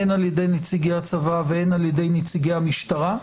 הן על ידי נציגי הצבא והן על ידי נציגי המשטרה.